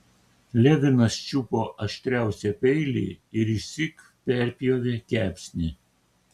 levinas čiupo aštriausią peilį ir išsyk perpjovė kepsnį